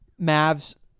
Mavs